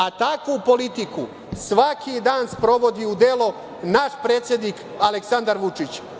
A takvu politiku svaki dan sprovodi u delo naš predsednik Aleksandar Vučić.